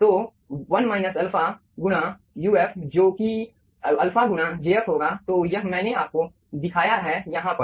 तो 1 अल्फा गुणा uf जो कि अल्फा गुणा jf होगा तो यह मैंने आपको दिखाया है यहाँ पर